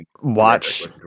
watch